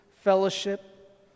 fellowship